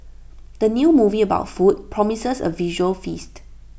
the new movie about food promises A visual feast